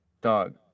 dog